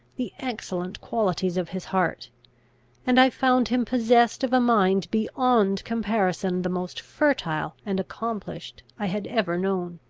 the excellent qualities of his heart and i found him possessed of a mind beyond comparison the most fertile and accomplished i had ever known.